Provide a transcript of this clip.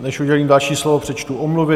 Než udělím další slovo, přečtu omluvy.